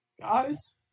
Guys